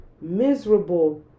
miserable